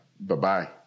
Bye-bye